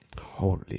Holy